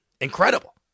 Incredible